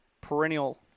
perennial